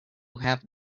have